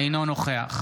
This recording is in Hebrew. אינו נוכח